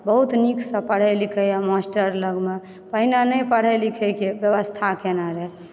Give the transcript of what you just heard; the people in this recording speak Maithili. बहुत नीकसँ पढ़य लिखयए मास्टर लगमे पहिने नहि पढ़य लिखयके व्यवस्था कयने रहय